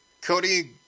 Cody